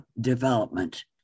development